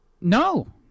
No